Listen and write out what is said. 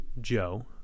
Joe